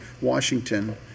Washington